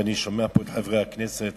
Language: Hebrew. אני שומע פה את חברי הכנסת